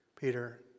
Peter